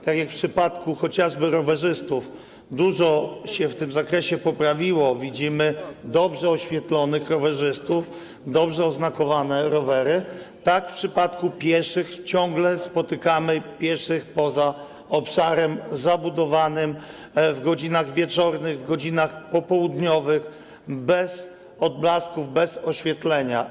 Tak jak w przypadku choćby rowerzystów dużo w tym zakresie się poprawiło, bo widzimy dobrze oświetlonych rowerzystów, dobrze oznakowane rowery, tak w przypadku pieszych ciągle spotykamy pieszych poza obszarem zabudowanym w godzinach wieczornych, w godzinach popołudniowych bez odblasków, bez oświetlenia.